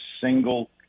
single